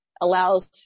allows